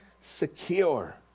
secure